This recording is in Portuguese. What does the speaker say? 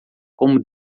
como